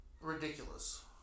Ridiculous